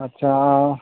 आदसा